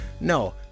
No